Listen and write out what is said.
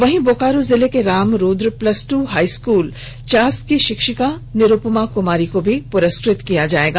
वहीं बोकारों जिले के Ram Rudra plus two high school Chas की शिक्षिका निरुपमा कुमारी को भी पुरस्कृत किया जायेगा